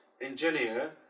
engineer